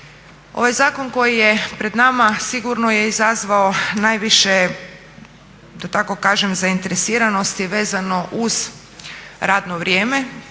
Ovaj zakon koji je pred nama sigurno je izazvao najviše da tako kažem zainteresiranosti vezano uz radno vrijeme